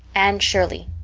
anne shirley.